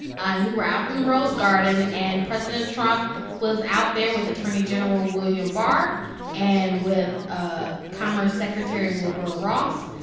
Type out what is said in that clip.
and we were out in the rose garden. and president trump was out there with attorney general william barr and with ah commerce secretary wilbur ross.